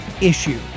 issue